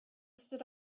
stood